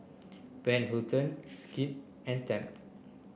Van Houten Schick and Tempt